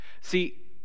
See